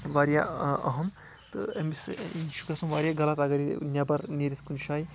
واریاہ اَہم تہٕ ٲمِس یہِ چھُ گَژھان واریاہ غَلط اگر یہِ نؠبَر نیٖرِتھ کُنہِ جایِہِ